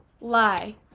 Lie